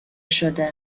شده